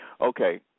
Okay